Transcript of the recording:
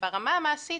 וברמה המעשית,